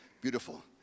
beautiful